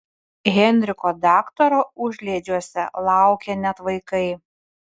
henriko daktaro užliedžiuose laukia net vaikai